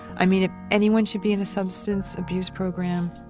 i mean, if anyone should be in a substance abuse program,